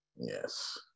Yes